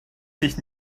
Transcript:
sich